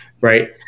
right